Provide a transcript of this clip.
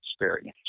experience